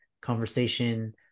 conversation